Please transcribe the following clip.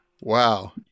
wow